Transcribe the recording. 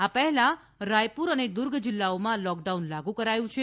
આ પહેલાં રાયપુર તથા દુર્ગ જિલ્લાઓમાં લોકડાઉન લાગુ કરાયું છે